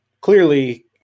Clearly